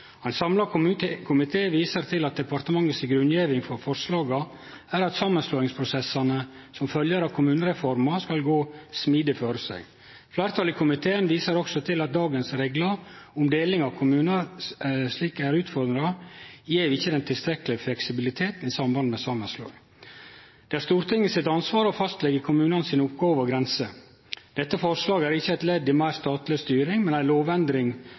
Ein samla komité viser til at departementet si grunngjeving for forslaga er at samanslåingsprosessane som følgjer av kommunereforma, skal gå smidig føre seg. Fleirtalet i komiteen viser også til at slik dagens reglar om deling av kommunar er utforma, gjev dei ikkje tilstrekkeleg fleksibilitet i samband med samanslåing. Det er Stortinget sitt ansvar å fastleggje kommunane sine oppgåver og grenser. Dette forslaget er ikkje eit ledd i meir statleg styring, men ei lovendring